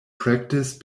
practice